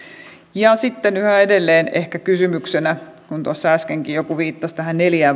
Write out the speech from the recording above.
sitten yhä edelleen ehkä kysymyksenä kun tuossa äskenkin joku viittasi tähän neljään